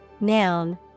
noun